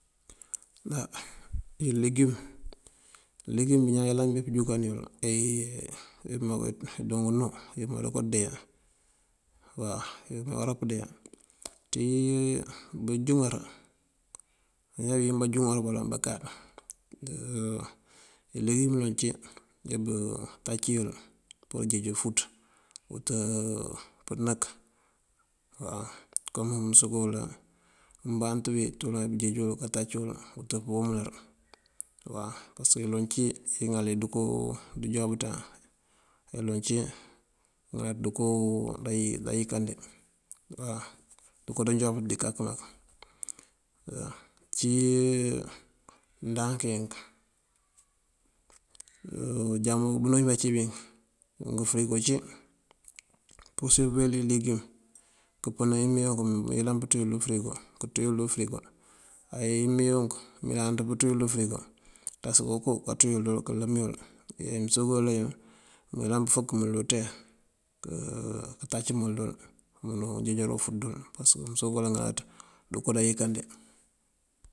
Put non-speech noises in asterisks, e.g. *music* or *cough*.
Á ileegum, ileegum bí bañaan yëlan bí pëjúkan yul te *hesitation* ukëma ngëdoo ngënú ukëma uruka kandeeya waw yuko wará pëndeeya. Ţí *hesitation* bënjúŋar, njá wín bënjúŋar baloŋ bakáaţ *hesitation* ileegum mëloŋ cí nebutaci yël pur pujeej ufúut uwët pënëk waw. Kom mëmsobela ubantú wí puran kanjeeji yël kataci yël pur uwët uwumlar. Pasëk duloŋ cí uŋal ndëkoo ndëjuwáabëţan ay duloŋ cí ŋalaţ ndëkoo ndëyëkan dí waw ndëkoo ţan juwáab ţí mak. Cí *hesitation* ndank ink, *hesitation* bunú bí bancí bink ngëfërigo ací. Mëmpursir këwel ileegum këpënan yí mee kunk mëyëlan kanţú yël dí ufërigo kënţú yël dí ufërigo. Á yí mee yunk yëlanţ pënţú dí ufërigo këntas kanko kalëmëna yul. Ye ngënsobela ngun mëyëlan kafëk mël dí uţee këtac mël dul mënujeejara ufúut dël pasëk mënsobela ŋalaţ ndëko dan yëkan dí.